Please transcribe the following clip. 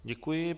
Děkuji.